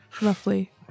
roughly